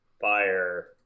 fire